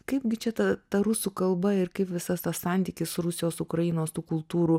kaipgi čia ta ta rusų kalba ir kaip visas tas santykis rusijos ukrainos tų kultūrų